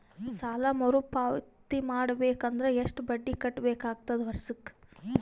ಸಾಲಾ ಮರು ಪಾವತಿ ಮಾಡಬೇಕು ಅಂದ್ರ ಎಷ್ಟ ಬಡ್ಡಿ ಕಟ್ಟಬೇಕಾಗತದ ವರ್ಷಕ್ಕ?